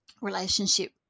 relationship